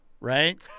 right